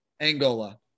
Angola